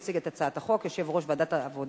יציג את הצעת החוק יושב-ראש ועדת העבודה,